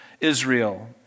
Israel